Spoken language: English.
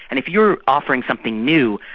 and if you're offering something new,